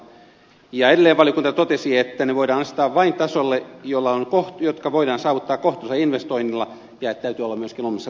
edelleen valiokunta totesi että ne voidaan asettaa vain tasolle jotka voidaan saavuttaa kohtuullisilla investoinneilla ja että täytyy olla myöskin olemassa toimiva tekniikka